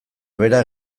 bera